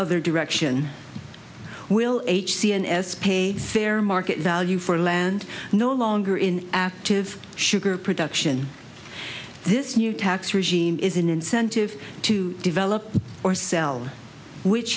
other direction will h c n as a fair market value for a land no longer in active sugar production this new tax regime is an incentive to develop or sell which